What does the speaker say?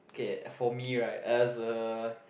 okay for me right as a